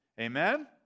Amen